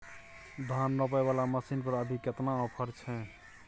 धान रोपय वाला मसीन पर अभी केतना ऑफर छै?